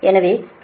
எனவே Cos R1 0